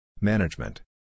Management